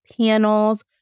panels